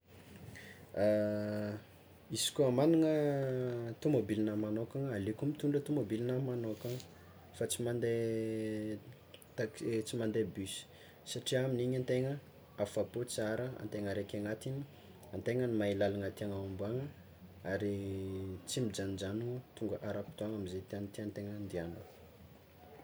Izy koa magnagna tômôbilina magnokana aleoko mitondra tômôbilina magnôkana fa tsy mande tax- tsy mande bus satrià amin'igny antegna hafapo tsara antegna rery agnatiny antegna no mahay lalagna tiàna ombana, ary tsy mijanonjanogno tonga ara-potoana amze tany tian-tegna andianany.